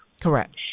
Correct